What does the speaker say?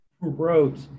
wrote